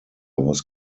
was